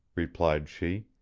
replied she.